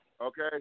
okay